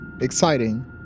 Exciting